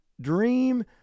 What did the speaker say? dream